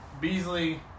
Beasley